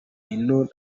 ino